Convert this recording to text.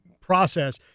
process